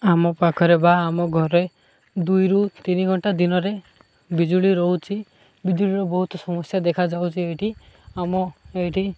ଆମ ପାଖରେ ବା ଆମ ଘରେ ଦୁଇରୁ ତିନି ଘଣ୍ଟା ଦିନରେ ବିଜୁଳି ରହୁଛି ବିଜୁଳିର ବହୁତ ସମସ୍ୟା ଦେଖାଯାଉଛି ଏଇଠି ଆମ ଏଇଠି